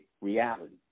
reality